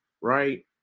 right